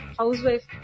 housewife